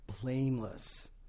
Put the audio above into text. blameless